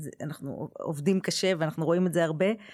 אנחנו עובדים קשה ואנחנו רואים את זה הרבה.